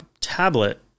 Tablet